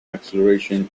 acceleration